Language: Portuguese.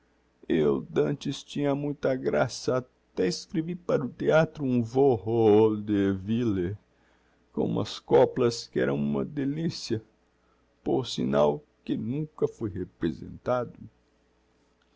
eu d'antes tinha muita graça até escrevi para o theatro um vô ô deville com umas coplas que eram uma delicia por signal que nunca foi representado